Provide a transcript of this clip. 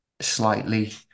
slightly